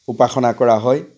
উপাসনা কৰা হয়